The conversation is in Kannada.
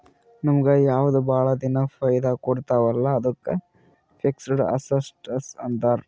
ನಮುಗ್ ಯಾವ್ದು ಭಾಳ ದಿನಾ ಫೈದಾ ಕೊಡ್ತಾವ ಅಲ್ಲಾ ಅದ್ದುಕ್ ಫಿಕ್ಸಡ್ ಅಸಸ್ಟ್ಸ್ ಅಂತಾರ್